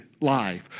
life